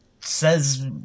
says